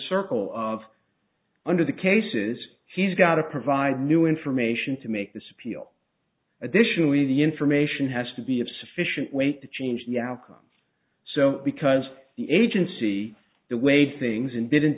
circle of under the cases he's got to provide new information to make this appeal additionally the information has to be of sufficient weight to change the outcome so because the agency that weighed things in didn't